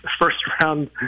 first-round